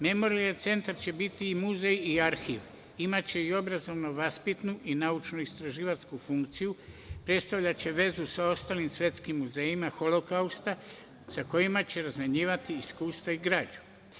Memorijalni centar će biti i muzej i arhiv, imaće i obrazovno-vaspitnu i naučnu istraživačku funkciju, predstavljaće vezu sa ostalim svetskim muzejima, Holokausta, sa kojima će razmenjivati iskustva i građu.